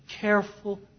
careful